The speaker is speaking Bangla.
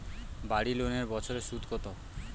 বাড়ি লোনের বছরে সুদ কত?